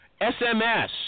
SMS